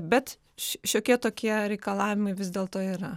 bet šiokie tokie reikalavimai vis dėlto yra